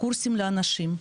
קורסים לאנשים,